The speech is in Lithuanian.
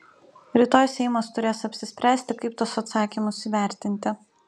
rytoj seimas turės apsispręsti kaip tuos atsakymus įvertinti